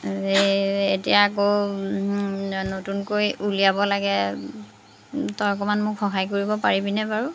এতিয়া আকৌ নতুনকৈ উলিয়াব লাগে তই অকণমান মোক সহায় কৰিব পাৰিবিনে বাৰু